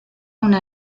una